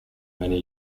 many